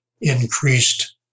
increased